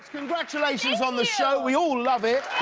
congratulations on the show. we all love it.